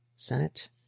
Senate